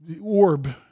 orb